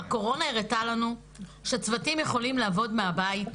הקורונה הראתה לנו שצוותים יכולים לעבוד מהבית,